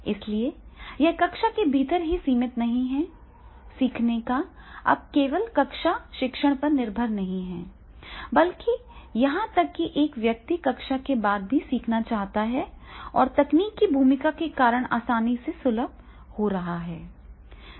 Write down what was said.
इसलिए यह कक्षा के भीतर ही सीमित नहीं है सीखने का अब केवल कक्षा शिक्षण पर निर्भर नहीं है बल्कि यहां तक कि एक व्यक्ति कक्षा के बाद भी सीखना चाहता है और यह तकनीक की भूमिका के कारण आसानी से सुलभ हो रहा है